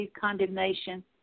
condemnation